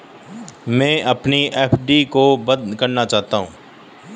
मैं अपनी एफ.डी को बंद करना चाहता हूँ